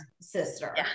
sister